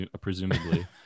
presumably